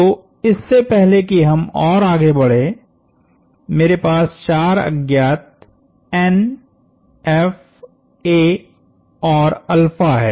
तो इससे पहले कि हम और आगे बढ़ें मेरे पास चार अज्ञात N F a और हैं